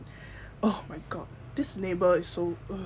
oh my god this neighbour is so